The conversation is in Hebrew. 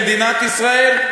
למדינת ישראל?